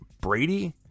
Brady